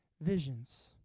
visions